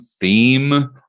theme